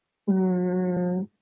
mm